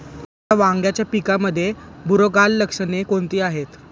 माझ्या वांग्याच्या पिकामध्ये बुरोगाल लक्षणे कोणती आहेत?